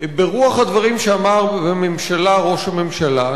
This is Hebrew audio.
ברוח הדברים אמר בממשלה ראש הממשלה,